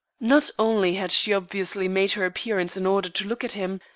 not only had she obviously made her appearance in order to look at him,